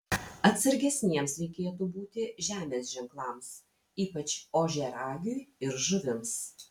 atsargesniems reikėtų būti žemės ženklams ypač ožiaragiui ir žuvims